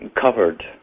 covered